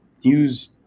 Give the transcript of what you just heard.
use